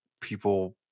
people